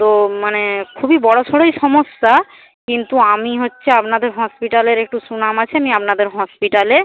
তো মানে খুবই বড় সড়ই সমস্যা কিন্তু আমি হচ্ছে আপনাদের হসপিটালের একটু সুনাম আছে নিয়ে আপনাদের হসপিটালে